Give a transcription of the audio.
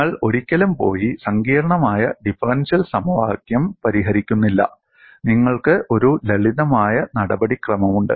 നിങ്ങൾ ഒരിക്കലും പോയി സങ്കീർണ്ണമായ ഡിഫറൻഷ്യൽ സമവാക്യം പരിഹരിക്കുന്നില്ല നിങ്ങൾക്ക് ഒരു ലളിതമായ നടപടിക്രമമുണ്ട്